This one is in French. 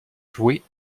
jouer